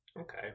Okay